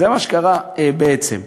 זה מה שקרה בעצם.